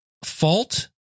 Fault